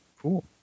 Cool